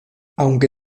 aunque